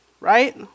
right